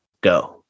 go